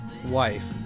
Wife